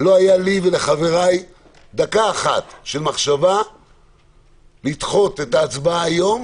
לא הייתה לי ולחבריי דקה אחת של מחשבה לדחות את ההצבעה היום